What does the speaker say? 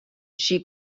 she